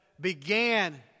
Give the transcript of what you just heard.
began